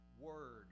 word